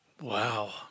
Wow